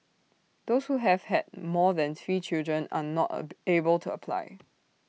those who have had more than three children are not are be able to apply